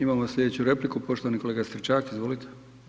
Imamo slijedeću repliku, poštovani kolega Stričak, izvolite.